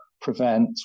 Prevent